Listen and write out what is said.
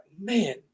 Man